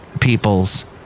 peoples